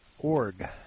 Org